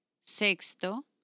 sexto